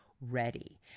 ready